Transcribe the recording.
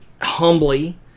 humbly